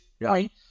right